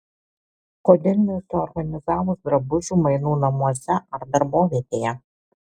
kodėl nesuorganizavus drabužių mainų namuose ar darbovietėje